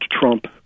Trump